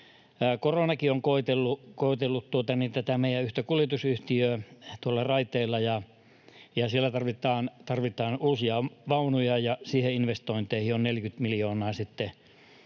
koronakin koetellut tätä yhtä meidän kuljetusyhtiötä tuolla raiteilla ja siellä tarvitaan uusia vaunuja, niin niihin investointeihin on 40 miljoonaa työ-